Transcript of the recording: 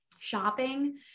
shopping